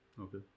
okay